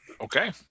Okay